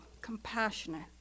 compassionate